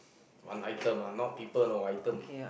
one item ah not people you know item